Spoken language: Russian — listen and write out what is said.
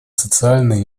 социальной